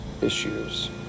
issues